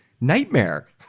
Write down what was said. nightmare